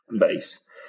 base